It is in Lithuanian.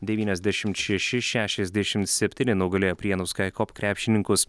devyniasdešimt šeši šešiasdešimt septyni nugalėjo prienų skaikop krepšininkus